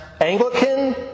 Anglican